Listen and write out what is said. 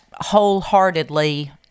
wholeheartedly